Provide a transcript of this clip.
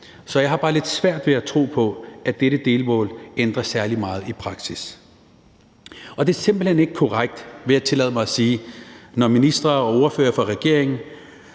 Så jeg har bare lidt svært ved at tro på, at dette delmål ændrer særlig meget i praksis. Det er simpelt hen ikke korrekt, vil jeg tillade mig at sige, når ministre og ordførere fra regeringen